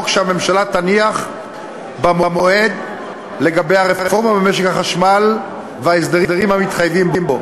שהממשלה תניח במועד לגבי הרפורמה במשק החשמל וההסדרים המתחייבים בו,